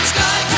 Sky